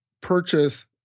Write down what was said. purchase